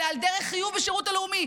אלא על דרך חיוב ושירות הלאומי,